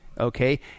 Okay